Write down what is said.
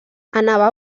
anava